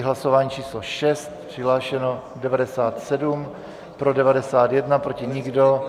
Hlasování číslo 6, přihlášeno 97, pro 91, proti nikdo.